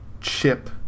chip